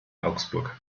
augsburg